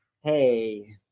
Hey